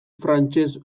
frantses